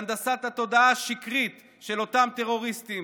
בהנדסת התודעה השקרית של אותם טרוריסטים,